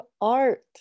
art